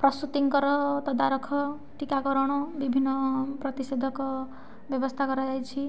ପ୍ରସୂତିଙ୍କର ତଦାରଖ ଟୀକାକରଣ ବିଭିନ୍ନ ପ୍ରତିଷେଧକ ବ୍ୟବସ୍ଥା କରାଯାଇଛି